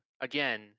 Again